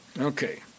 Okay